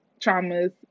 traumas